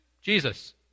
Jesus